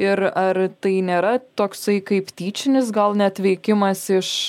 ir ar tai nėra toksai kaip tyčinis gal net veikimas iš